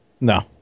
No